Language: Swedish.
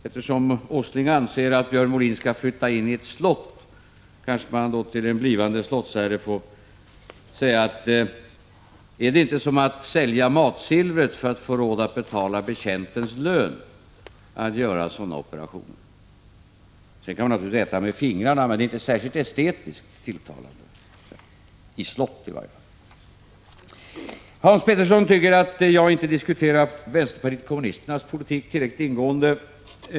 Eftersom Nils Åsling säger att Björn Molin skall flytta in i ett slott kanske man till en blivande slottsherre får säga att det är som att sälja matsilvret för att få råd att betala betjäntens lön att göra sådan operationer. Man kan naturligtvis äta med fingrarna, men det är inte särskilt estetiskt tilltalande, åtminstone inte i ett slott. Hans Petersson i Hallstahammar tycker att jag inte har diskuterat vänsterpartiet kommunisternas politik tillräckligt ingående.